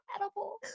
edible